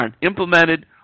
implemented